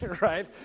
right